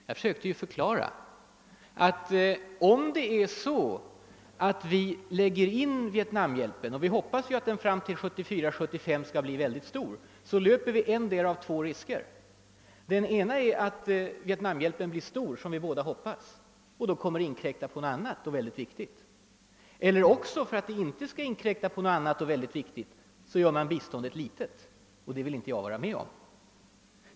Jag försökte förklara, att om vi lägger in Vietnamhjälpen i den uppgjorda planen — och vi hoppas ju att biståndet till Vietnam fram till 1974/75 skall bli mycket stort — löper vi endera av två risker. Den ena är att Vietnamhjälpen blir stor, som vi båda hoppas, och då kommer att inkräkta på något annat och mycket viktigt. Den andra är att man, för att hjälpen inte skall inkräkta på något annat och mycket viktigt, gör biståndet litet — och det vill jag inte vara med om.